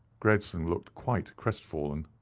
gregson looked quite crest-fallen.